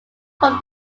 from